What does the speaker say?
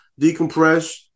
decompress